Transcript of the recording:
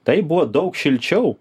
taip buvo daug šilčiau